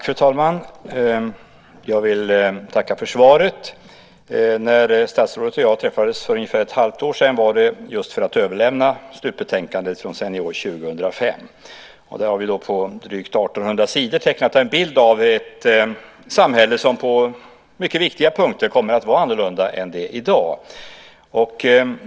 Fru talman! Jag vill tacka för svaret. När statsrådet och jag träffades för ungefär ett halvår sedan var det just för att överlämna slutbetänkandet från Senior 2005. Där har vi på drygt på 1 800 sidor tecknat en bild av ett samhälle som på mycket viktiga punkter kommer att vara annorlunda än det samhälle vi har i dag.